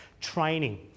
training